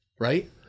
right